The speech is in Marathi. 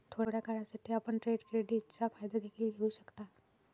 थोड्या काळासाठी, आपण ट्रेड क्रेडिटचा फायदा देखील घेऊ शकता